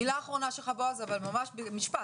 מילה אחרונה שלך, בועז, אבל ממש במשפט.